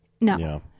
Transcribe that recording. No